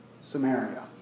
Samaria